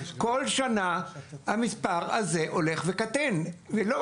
כל שנה המספרים האלה הולכים וקטנים ולא,